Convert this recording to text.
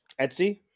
Etsy